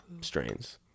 strains